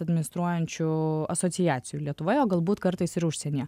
administruojančių asociacijų lietuvoje o galbūt kartais ir užsienyje